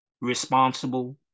responsible